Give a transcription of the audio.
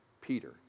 Peter